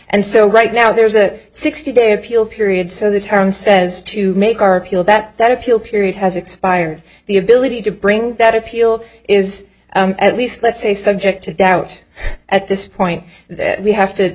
and so right now there's a sixty day appeal period so the town says to make our appeal that appeal period has expired the ability to bring that appeal is at least let's say subject to doubt at this point that we have to